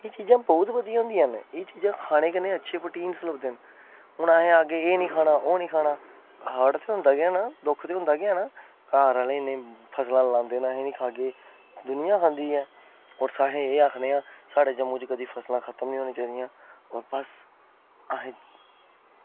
एओह् चीज़ां बहुत बधियां होंदियां न एह् चीज़ां खाने कन्नै बहुत प्रोटीन बधदे न हून अस आक्खगे एह् निं खाना ओह् निं खाना हर्ट ते होंदा गै ना दुक्ख ते होंदा ऐ ना की घर आह्ले फसलां सलागै ते असें बी खानी ऐ होर दुनिया खंदी ऐ अस एह् आक्खनै आं की साढ़े जम्मू च कदें फसलां खत्म निं होना चाही दियां होर बस असें